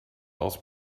aus